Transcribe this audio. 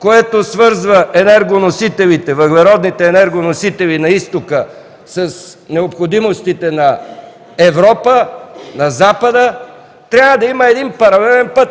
което свързва енергоносителите, въглеродните енергоносители на Изтока с необходимостите на Европа – на Запада, и трябва да има един паралелен път.